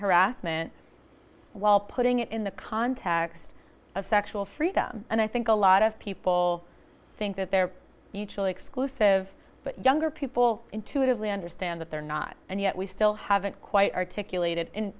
harassment while putting it in the context of sexual freedom and i think a lot of people think that they're mutually exclusive but younger people intuitively understand that they're not and yet we still haven't quite articulated